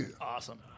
awesome